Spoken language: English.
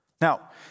Now